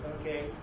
okay